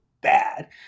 bad